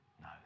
no